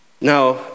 Now